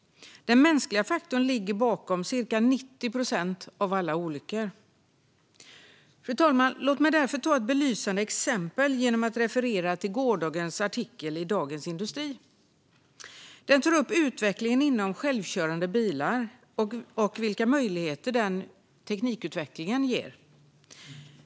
Den mänskliga faktorn ligger bakom cirka 90 procent av alla olyckor. Låt mig ta ett belysande exempel genom att referera till en artikel i gårdagens Dagens industri. Den tar upp utvecklingen när det gäller självkörande bilar och vilka möjligheter teknikutvecklingen ger.